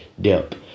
depth